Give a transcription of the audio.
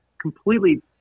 completely